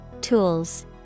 Tools